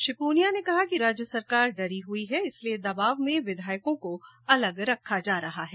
श्री पूनिया ने कहा कि राज्य सरकार डरी हुई है इसलिये दबाव में विधायकों को अलग रखा जा रहा है